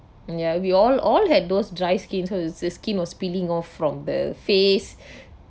ya we all all had those dry skin so the skin was peeling off from the face